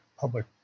public